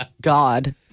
God